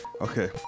Okay